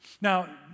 Now